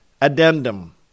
addendum